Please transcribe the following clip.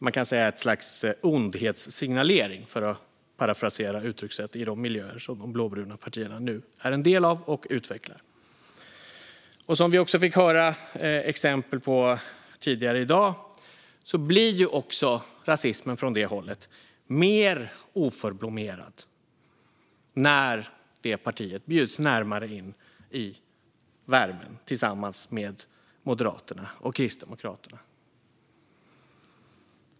Man kan säga att det är ett slags ondhetssignalering, för att parafrasera ett uttryckssätt från de miljöer som de blåbruna partierna nu är en del av och utvecklar. Som vi fick höra exempel på tidigare i dag blir rasismen från det hållet också mer oförblommerad när detta parti bjuds längre in i värmen av Moderaterna och Kristdemokraterna.